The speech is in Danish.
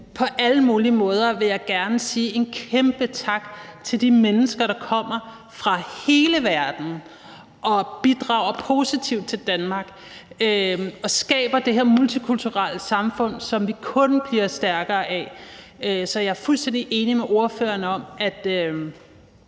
På alle mulige måder vil jeg gerne sige en kæmpe tak til de mennesker, der kommer fra hele verden og bidrager positivt til Danmark og skaber det her multikulturelle samfund, som vi kun bliver stærkere af. Så jeg er fuldstændig enig med ordføreren om, at